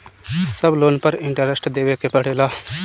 सब लोन पर इन्टरेस्ट देवे के पड़ेला?